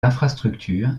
infrastructures